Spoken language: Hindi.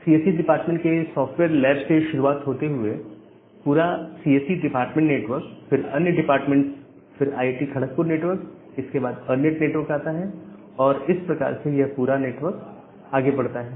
सीएसइ डिपार्टमेंट के सॉफ्टवेयर लैब से शुरुआत करते हुए पूरा सीएसई डिपार्टमेंट नेटवर्क फिर अन्य डिपार्टमेंट्स फिर आईआईटी खड़कपुर नेटवर्क इसके बाद अरनेट नेटवर्क आता है और इस प्रकार से यह पूरा नेटवर्क बढ़ता है